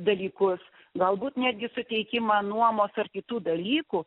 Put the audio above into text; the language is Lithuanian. dalykus galbūt netgi suteikimą nuomos ar kitų dalykų